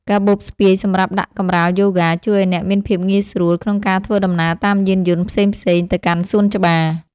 កាបូបស្ពាយសម្រាប់ដាក់កម្រាលយូហ្គាជួយឱ្យអ្នកមានភាពងាយស្រួលក្នុងការធ្វើដំណើរតាមយានយន្ដផ្សេងៗទៅកាន់សួនច្បារ។